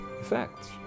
effects